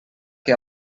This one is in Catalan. que